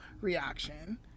reaction